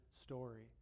story